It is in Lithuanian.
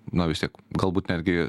na vis tiek galbūt netgi